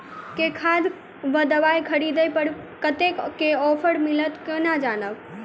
केँ खाद वा दवाई खरीदला पर कतेक केँ ऑफर मिलत केना जानब?